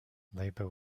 labor